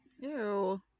Ew